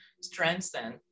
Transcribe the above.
strengthen